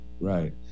right